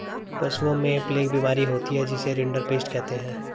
पशुओं में प्लेग बीमारी होती है जिसे रिंडरपेस्ट कहते हैं